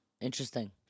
Interesting